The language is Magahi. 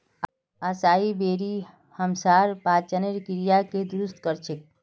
असाई बेरी हमसार पाचनेर क्रियाके दुरुस्त कर छेक